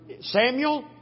Samuel